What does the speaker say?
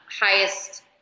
highest